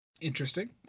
Interesting